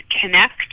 connect